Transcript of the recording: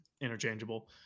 interchangeable